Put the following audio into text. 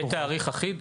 יהיה תאריך אחיד?